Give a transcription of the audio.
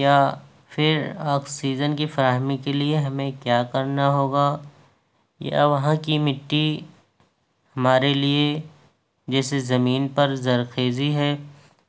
یا پھر آکسیجن کی فراہمی کے لیے ہمیں کیا كرنا ہوگا یا وہاں كی مٹّی ہمارے لیے جیسے زمین پر زرخیزی ہے